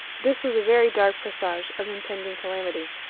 this was a very dark presage of impending calamity.